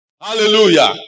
Hallelujah